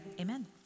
amen